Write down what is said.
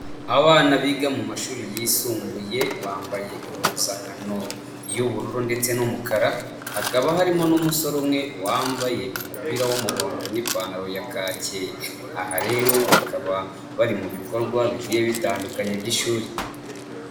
Abana biga mu mashuri yisumbuye bambaye impuzankano y'ubururu ndetse n'umukara, hakaba harimo n'umusore umwe, wambaye umupira w'umuhondo n'ipantaro ya kake. Aha rero bakaba bari mu bikorwa bigiye bitandukanye by'ishuri.